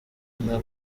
inka